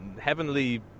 heavenly